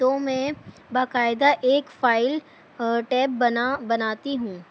تو میں باقاعدہ ایک فائل ٹیب بنا بناتی ہوں